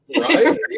Right